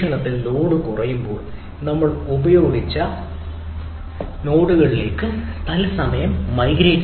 load കുറയുമ്പോൾ കൂടുതൽ ഉപയോഗിച്ച നോഡുകളിലേക്ക് തത്സമയം മൈഗ്രേറ്റ് ചെയ്യുക